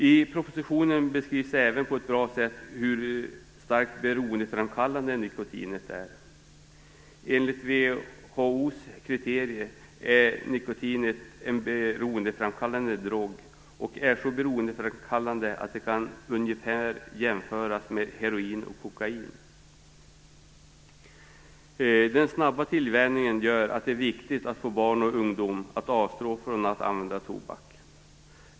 I propositionen beskrivs även på ett bra sätt hur starkt beroendeframkallande nikotinet är. Enligt WHO:s kriterier är nikotin en beroendeframkallande drog, så beroendeframkallande att det i det avseendet kan jämföras med heroin och kokain. Den snabba tillvänjningen gör att det är viktigt att få barn och ungdom att avstå från att använda tobak.